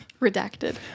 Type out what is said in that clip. Redacted